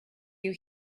you